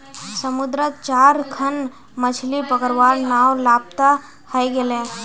समुद्रत चार खन मछ्ली पकड़वार नाव लापता हई गेले